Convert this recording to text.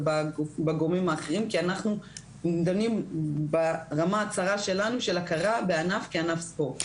בגורמים האחרים כי אנחנו דנים ברמה הצרה שלנו של הכרה בענף כענף ספורט.